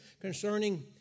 concerning